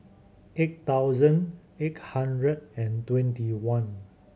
eight thousand eight hundred and twenty one